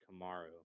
Kamaru